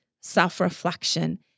self-reflection